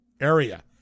area